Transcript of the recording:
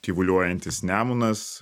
tyvuliuojantis nemunas